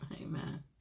Amen